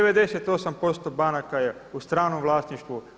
98% banaka je u stranom vlasništvu.